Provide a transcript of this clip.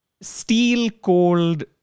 steel-cold